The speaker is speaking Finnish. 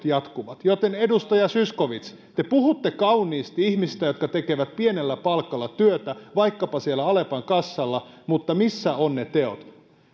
jatkuvat edustaja zyskowicz te puhutte kauniisti ihmisistä jotka tekevät pienellä palkalla työtä vaikkapa siellä alepan kassalla mutta missä ovat ne teot